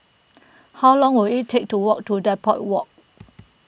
how long will it take to walk to Depot Walk